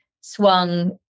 swung